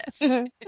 Yes